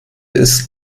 ist